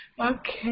Okay